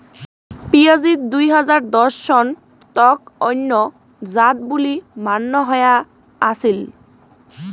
পিঁয়াজিত দুই হাজার দশ সন তক অইন্য জাত বুলি মান্য হয়া আছিল